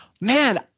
man